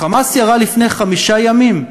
"חמאס" ירה לפני חמישה ימים,